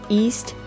east